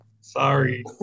Sorry